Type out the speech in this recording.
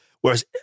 whereas